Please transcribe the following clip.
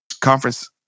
conference